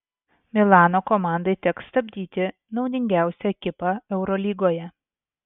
milano komandai teks stabdyti naudingiausią ekipą eurolygoje